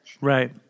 right